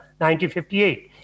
1958